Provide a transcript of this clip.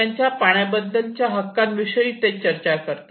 त्यांच्या पाण्याबद्दल च्या हक्कांविषयी ते चर्चा करतात